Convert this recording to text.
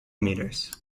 meters